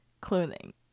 clothing